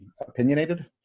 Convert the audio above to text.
opinionated